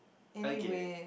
a gay